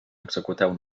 executeu